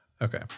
Okay